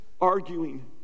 arguing